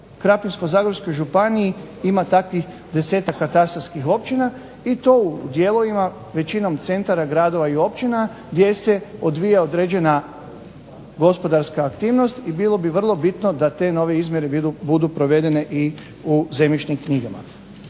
Krapinsko-zagorskoj županiji ima takvih 10-ak katastarskih općina i to u dijelovima većinom centara, gradova i općina gdje se odvija određena gospodarska aktivnost i bilo bi vrlo bitno da te nove izmjere budu provedene i u zemljišnim knjigama.